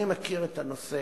אני מכיר את הנושא